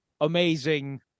amazing